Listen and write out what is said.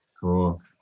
cool